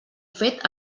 fet